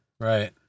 right